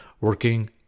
working